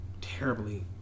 terribly